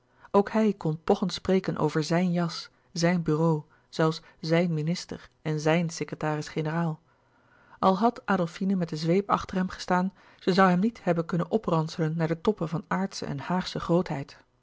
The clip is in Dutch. ook hij kon pochend spreken over z i j n jas z i j n bureau zelfs z i j n minister en z i j n secretaris generaal al had adolfine met de zweep achter hem gestaan zij zoû hem niet hebben kunnen opranselen naar de toppen van aardsche en haagsche grootheid